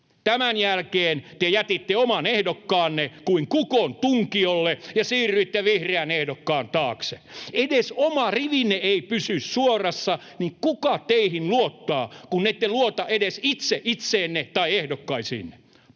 Tämän jälkeen te jätitte oman ehdokkaanne kuin kukon tunkiolle ja siirryitte vihreän ehdokkaan taakse. Edes oma rivinne ei pysy suorassa. Kuka teihin luottaa, kun ette luota edes itse itseenne tai ehdokkaisiinne.